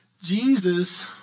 Jesus